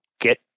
get